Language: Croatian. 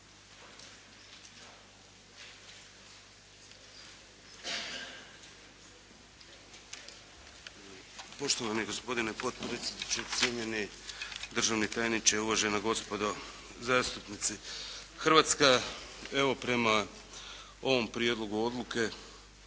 Poštovani gospodine potpredsjedniče, cijenjeni državni tajniče, uvažena gospodo zastupnici. Hrvatska evo prema ovom prijedlogu odluke